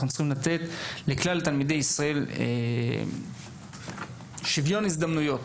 אנחנו צריכים לתת לכלל תלמידי ישראל שוויון הזדמנויות,